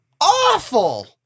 Awful